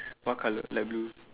what colour light blue